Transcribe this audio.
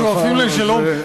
אנחנו שואפים לשלום.